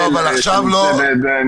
אני